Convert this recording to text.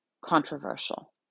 controversial